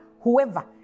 whoever